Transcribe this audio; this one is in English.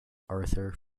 arthur